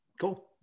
Cool